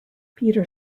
peter